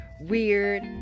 weird